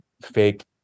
fake